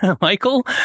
Michael